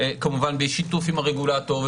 כמובן בשיתוף עם הרגולטור,